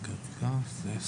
לגבי